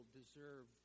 deserve